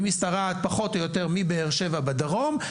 היא משתרעת פחות או יותר מבאר שבע בדרום,